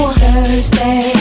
Thursday